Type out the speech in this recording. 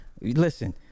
listen